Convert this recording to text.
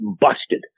busted